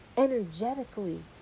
energetically